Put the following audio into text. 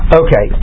okay